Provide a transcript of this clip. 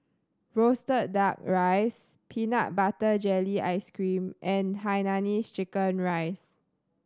roasted Duck Rice peanut butter jelly ice cream and hainanese chicken rice